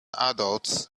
adults